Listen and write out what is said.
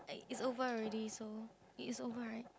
it's over already so it's over right